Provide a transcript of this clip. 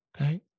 okay